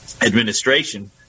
administration